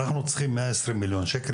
אנחנו צריכים מאה עשרים מיליון שקל